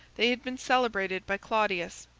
they had been celebrated by claudius,